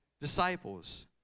disciples